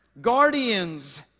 Guardians